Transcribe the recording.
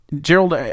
Gerald